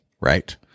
right